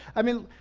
i mean,